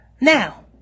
Now